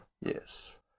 Yes